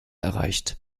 erreicht